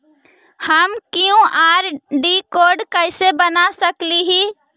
हम QR code कैसे बना सकली ही?